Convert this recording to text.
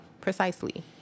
precisely